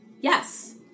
Yes